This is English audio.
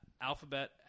Alphabet